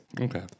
Okay